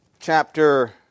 Chapter